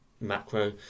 macro